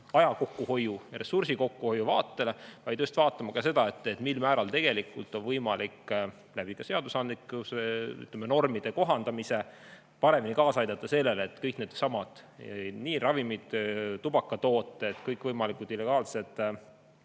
aja ja ressursi kokkuhoiu mõttes vaatama ka seda, mil määral tegelikult on võimalik läbi seadusandlike normide kohandamise paremini kaasa aidata sellele, et kõik needsamad ravimid, tubakatooted, kõikvõimalikud illegaalsed